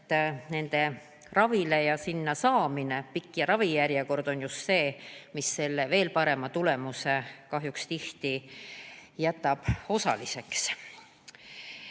et nende ravile ja sinna saamine ja pikk ravijärjekord on just see, mis selle veel parema tulemuse kahjuks tihti jätab osaliseks.